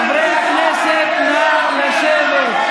חברי הכנסת, נא לשמור על השקט,